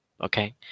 Okay